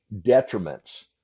detriments